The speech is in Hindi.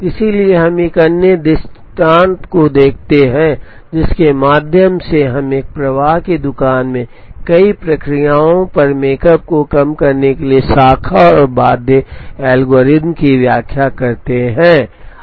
इसलिए हम एक अन्य दृष्टांत को देखते हैं जिसके माध्यम से हम एक प्रवाह की दुकान में कई प्रक्रियाओं पर मेकप को कम करने के लिए शाखा और बाध्य एल्गोरिथ्म की व्याख्या करते हैं